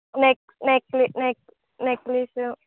నె నెక్ నె నెక్లెసు